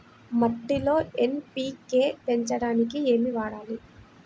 మట్టిలో ఎన్.పీ.కే పెంచడానికి ఏమి వాడాలి?